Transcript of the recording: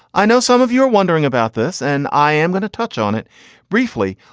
i know some of you are wondering about this and i am going to touch on it briefly.